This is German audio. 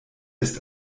ist